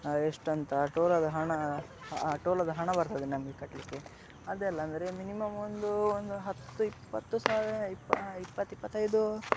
ಎಷ್ಟಂತ ಟೋಲದ್ ಹಣ ಆ ಟೋಲದ್ ಹಣ ಬರ್ತದೆ ನಮಗೆ ಕಟ್ಟಲಿಕ್ಕೆ ಅದೆಲ್ಲ ಅಂದರೆ ಮಿನಿಮಮ್ ಒಂದೂ ಒಂದು ಹತ್ತು ಇಪ್ಪತ್ತು ಸಾವಿರ ಇಪ್ಪ ಇಪ್ಪತ್ತು ಇಪ್ಪತ್ತೈದು